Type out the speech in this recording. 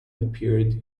appeared